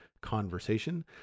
conversation